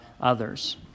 others